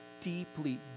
deeply